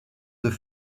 deux